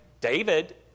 David